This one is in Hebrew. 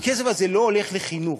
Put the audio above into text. אבל הכסף הזה לא הולך לחינוך.